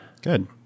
Good